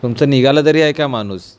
तुमचा निघाला तरी आहे का माणूस